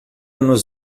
nos